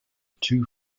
two